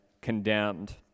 condemned